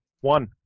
One